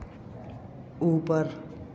ऊपर